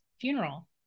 funeral